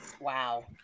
Wow